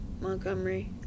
Montgomery